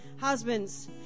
husbands